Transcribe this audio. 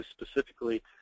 specifically